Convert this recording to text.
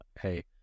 hey